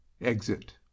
Exit